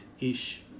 ish